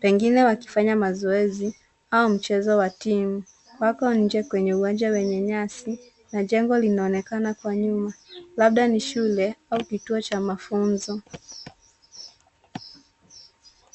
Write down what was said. pengine wakifanya mazoezi au mchezo wa team . Wako nje kwenye uwanja wenye nyasi na jengo linaonekana kwa nyuma labda ni shule au kituo cha mafunzo.